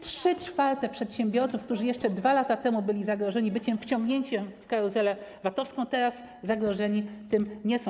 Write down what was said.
Trzy czwarte przedsiębiorców, którzy jeszcze 2 lata temu byli zagrożeni wciągnięciem w karuzelę VAT-owską, teraz zagrożonych tym nie jest.